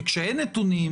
כי כשאין נתונים